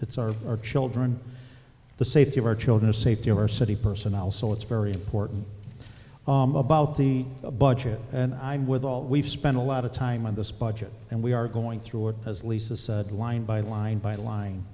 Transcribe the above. it's our our children the safety of our children the safety of our city personnel so it's very important about the budget and i'm with all we've spent a lot of time on this budget and we are going through it as lisa said line by line by lin